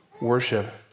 worship